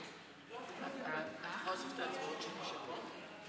להוסיף את ההצבעות של מי שפה?